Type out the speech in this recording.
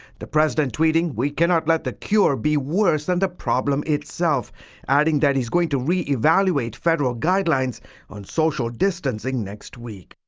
the president tweeting we cannot let the cure be worse than the problem itself adding that he is going to re-evaluate federal guidelines on social distancing next week.